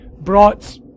brought